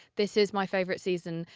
this is my favorite season.